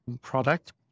product